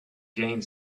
gained